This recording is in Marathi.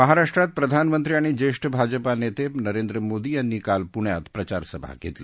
महाराष्ट्रात प्रधानमंत्री आणि ज्येष्ठ भाजपा नेते नरेंद्र मोदी यांनी काल पुण्यात प्रचारसभा घेतली